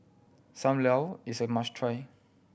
Sam Lau is a must try